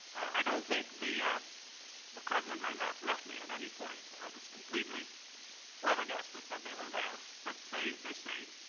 i don't think the the cotton in my mouth left me at any point. i was completely flabbergasted that they were there. but they they stayed.